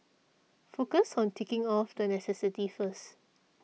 focus on ticking off the necessities first